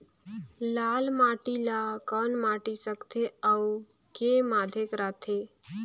लाल माटी ला कौन माटी सकथे अउ के माधेक राथे?